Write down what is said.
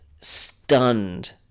stunned